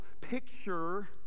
picture